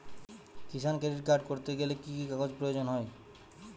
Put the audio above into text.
কিষান credit card করতে গেলে কি কি কাগজ প্রয়োজন হয়?